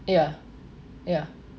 ya ya